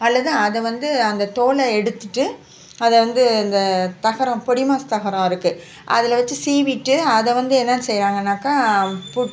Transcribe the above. அதில் தான் அதை வந்து அந்த தோலை எடுத்துவிட்டு அதை வந்து இந்த தகரம் பொடிமாஸ் தகரம் இருக்கு அதில் வச்சு சீவிவிட்டு அதை வந்து என்னான்னு செய்வாங்கனாக்கா புட்